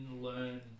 learn